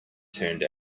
turned